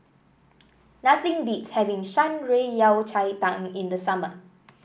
nothing beats having Shan Rui Yao Cai Tang in the summer